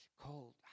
cold